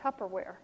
Tupperware